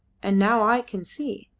and now i can see,